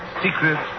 secret